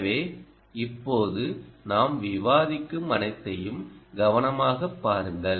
எனவே இப்போது நாம் விவாதிக்கும் அனைத்தையும் கவனமாக பாருங்கள்